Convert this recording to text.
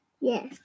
Yes